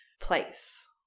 place